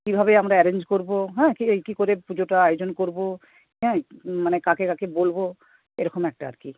কীভাবে আমরা অ্যারেঞ্জ করবো হ্যাঁ কী এই কী করে পুজোটা আয়োজন করবো হ্যাঁ মানে কাকে কাকে বলবো এরকম একটা আরকি